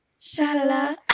Shalala